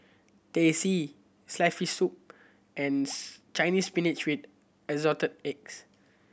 Teh C sliced fish soup and Chinese Spinach with Assorted Eggs